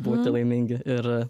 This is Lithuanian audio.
būti laimingi ir